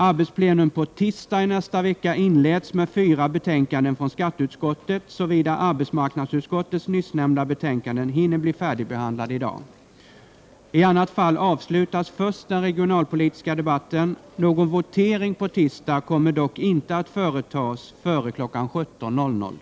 Arbetsplenum på tisdag nästa vecka inleds med fyra betänkanden från skatteutskottet, såvida arbetsmarknadsutskottets nyss nämnda betänkanden hinner bli färdigbehandlade i dag. I annat fall avslutas först den regionalpolitiska debatten. Någon votering på tisdag kommer dock inte att företas före kl. 17.00.